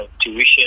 tuition